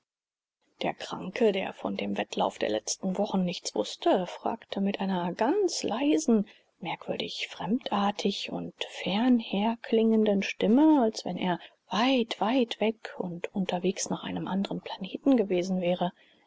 der kranke der von dem weltlauf der letzten wochen nichts wußte fragte mit einer ganz leisen merkwürdig fremdartig und fernher klingenden stimme als wenn er weit weit weg und unterwegs nach einem andren planeten gewesen wäre